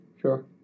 Sure